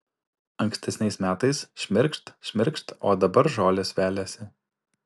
ankstesniais metais šmirkšt šmirkšt o dabar žolės veliasi